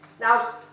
Now